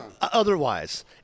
otherwise